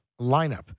lineup